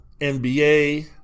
NBA